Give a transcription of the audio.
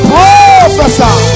Professor